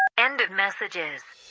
end of messages